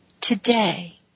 today